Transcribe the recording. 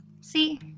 see